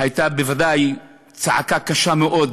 הייתה בוודאי צעקה קשה מאוד.